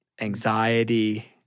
anxiety